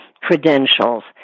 credentials